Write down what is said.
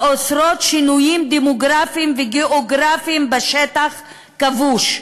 האוסרות שינויים דמוגרפיים וגיאוגרפיים בשטח כבוש.